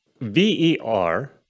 V-E-R